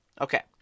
Okay